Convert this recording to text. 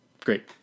great